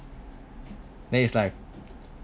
then is like